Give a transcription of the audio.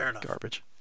garbage